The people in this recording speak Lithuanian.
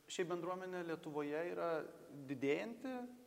ši bendruomenė lietuvoje yra didėjanti